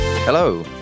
Hello